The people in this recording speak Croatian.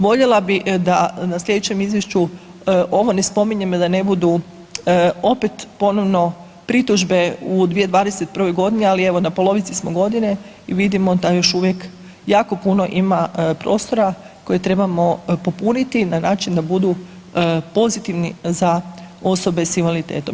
Voljela bih da na sljedećem izvješću ovo ne spominjem i da ne budu opet ponovno pritužbe u 2021. g., ali, evo, na polovici smo godine i vidimo da još uvijek jako puno ima prostora koje trebamo popuniti na način da budu pozitivni za osobe s invaliditetom.